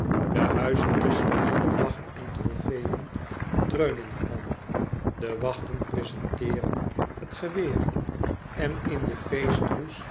de huizen tusschen al de vlaggen en trofeeën dreunen er van de wachten prezenteeren het geweer en in den